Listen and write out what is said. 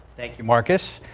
thank you marcus.